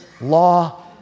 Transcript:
law